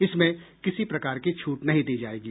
इसमें किसी प्रकार की छूट नहीं दी जायेगी